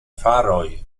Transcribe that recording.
faroj